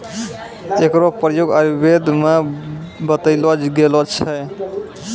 एकरो प्रयोग आयुर्वेद म बतैलो गेलो छै